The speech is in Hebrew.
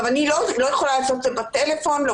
אני לא יכולה לעשות את זה בטלפון ולא